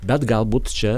bet galbūt čia